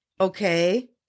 okay